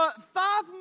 five